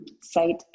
site